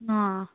हां